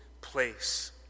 place